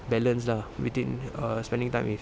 balance lah between err spending time with